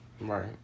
Right